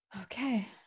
okay